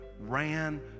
ran